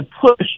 push